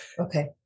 Okay